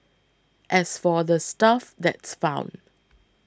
as for the stuff that's found